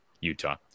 Utah